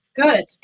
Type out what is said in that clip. Good